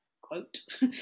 quote